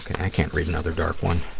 i can't read another dark one.